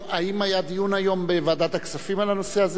האם היה דיון היום בוועדת הכספים על הנושא?